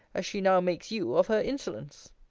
as she now makes you of her insolence.